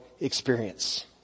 experience